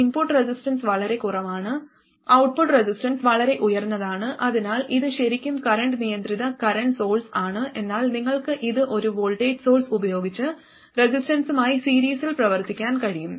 input resistance വളരെ കുറവാണ് output resistance വളരെ ഉയർന്നതാണ് അതിനാൽ ഇത് ശരിക്കും കറന്റ് നിയന്ത്രിത കറന്റ് സോഴ്സ് ആണ് എന്നാൽ നിങ്ങൾക്ക് ഇത് ഒരു വോൾട്ടേജ് സോഴ്സ് ഉപയോഗിച്ച് റെസിസ്റ്റൻസുമായി സീരീസിൽ പ്രവർത്തിപ്പിക്കാൻ കഴിയും